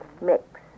mix